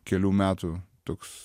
kelių metų toks